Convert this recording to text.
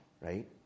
right